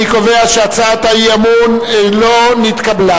אני קובע שהצעת האי-אמון לא נתקבלה.